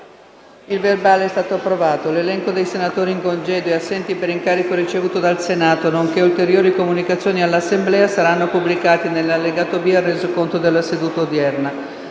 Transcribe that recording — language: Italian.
nuova finestra"). L'elenco dei senatori in congedo e assenti per incarico ricevuto dal Senato, nonché ulteriori comunicazioni all'Assemblea saranno pubblicati nell'allegato B al Resoconto della seduta odierna.